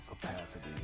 capacity